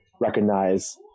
recognize